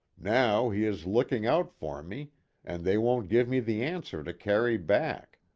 now, he is looking out for me and they won't give me the answer to carry back.